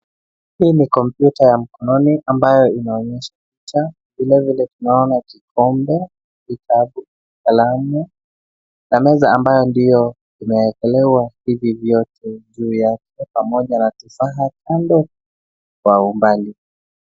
Hii ni kompyuta ya mkononi ambayo inaonyesha. Vile vile tunaona kikombe, kitabu, kalamu na meza ambayo ndio imeekelewa hivi vyote juu yake pamoja na tufaha pale kwa umbali.